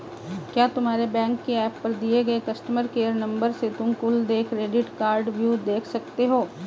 क्या तुम्हारे बैंक के एप पर दिए गए कस्टमर केयर नंबर से तुम कुल देय क्रेडिट कार्डव्यू देख सकते हो?